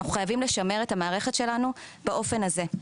אנחנו חייבים לשמר את המערכת שלנו באופן הזה.